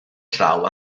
draw